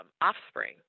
offspring